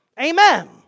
Amen